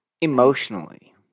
Emotionally